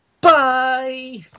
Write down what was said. Bye